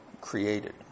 created